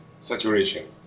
saturation